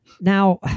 Now